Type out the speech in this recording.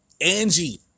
Angie